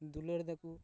ᱫᱩᱞᱟᱹᱲ ᱮᱫᱟᱠᱚ